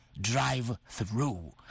drive-through